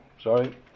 sorry